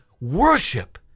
worship